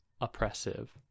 oppressive